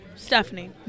Stephanie